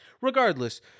regardless